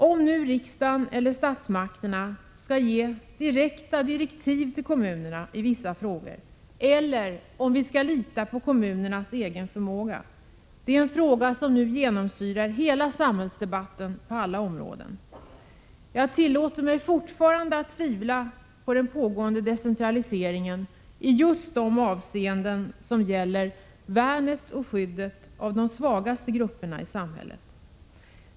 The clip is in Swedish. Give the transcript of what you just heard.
Om nu riksdagen eller statsmakterna skall ge direkta direktiv till kommunerna i vissa frågor eller om vi skall lita på kommunernas egen förmåga är en fråga som nu genomsyrar samhällsdebatten på alla områden. Jag tillåter mig fortfarande att tvivla på den pågående decentraliseringen i just de avseenden som gäller värnet och skyddet av de svagaste grupperna i samhället.